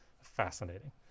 Fascinating